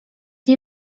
nie